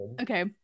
okay